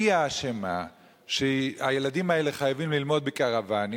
והיא האשמה שהילדים האלה חייבים ללמוד בקרוונים.